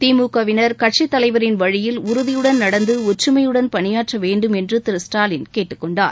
திமுகவினர் கட்சித் தலைவரின் வழியில் உறுதியுடன் நடந்து ஒற்றுமையுடன் பணியாற்ற வேண்டும் என்று திரு ஸ்டாலின் கேட்டுக்கொண்டார்